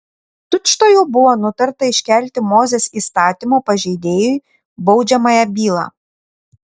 tučtuojau buvo nutarta iškelti mozės įstatymo pažeidėjui baudžiamąją bylą